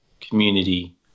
community